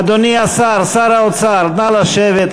אדוני השר, שר האוצר, נא לשבת,